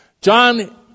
John